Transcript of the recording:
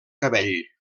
cabell